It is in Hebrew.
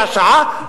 רבע שעה,